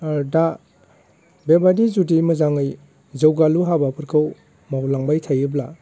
ओ दा बेबायदि जुदि मोजाङै जौगालु हाबाफोरखौ मावलांबाय थायोब्ला